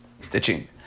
Stitching